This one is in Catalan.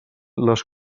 les